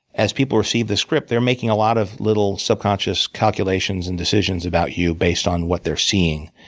as people receive the script, they're making a lot of little subconscious calculations and decisions about you based on what they're seeing.